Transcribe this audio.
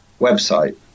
website